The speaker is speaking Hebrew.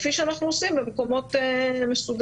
כפי שאנחנו עושים במקומות מסודרים.